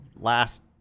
last